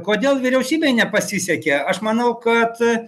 kodėl vyriausybei nepasisekė aš manau kad